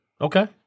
Okay